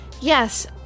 yes